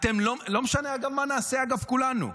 לא משנה, אגב, מה נעשה כולנו.